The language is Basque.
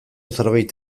zerbait